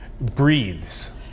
breathes